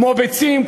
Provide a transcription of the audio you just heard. כמו בביצים,